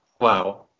Wow